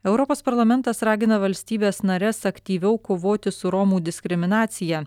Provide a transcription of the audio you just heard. europos parlamentas ragina valstybes nares aktyviau kovoti su romų diskriminacija